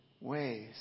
ways